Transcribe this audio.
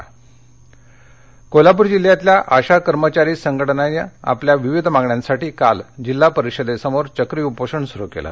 कोल्हापर कोल्हापूर जिल्ह्यातल्या आशा कर्मचारी संघटनेनं आपल्या विविध मागण्यांसाठी काल जिल्हा परिषदेसमोर चक्री उपोषण सुरु केलं